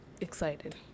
excited